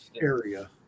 area